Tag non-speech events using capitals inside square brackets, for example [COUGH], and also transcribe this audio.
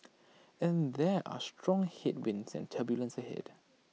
[NOISE] and there are strong headwinds and turbulence ahead